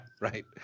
right